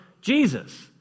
Jesus